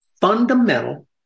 fundamental